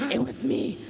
it was me.